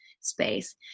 space